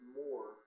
more